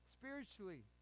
spiritually